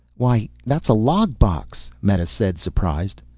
why that's a log box! meta said, surprised.